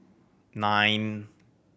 nine